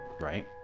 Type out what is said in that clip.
right